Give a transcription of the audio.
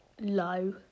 low